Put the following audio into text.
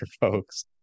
folks